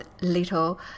little